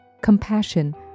compassion